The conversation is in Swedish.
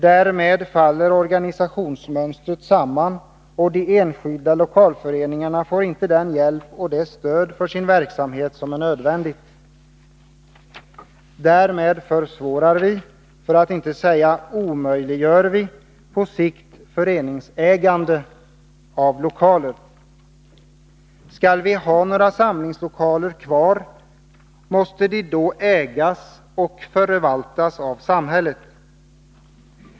Därmed faller organisationsmönstret samman, och de enskilda lokalföreningarna får inte den hjälp och det stöd för sin verksamhet som är nödvändigt. Därmed försvårar — för att inte säga omöjliggör — vi på sikt föreningsägande av lokaler. Skall vi ha några samlingslokaler kvar måste de då ägas och förvaltas av samhället.